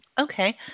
Okay